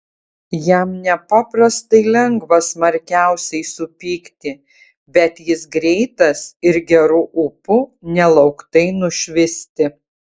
jam nepaprastai lengva smarkiausiai supykti bet jis greitas ir geru ūpu nelauktai nušvisti